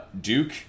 Duke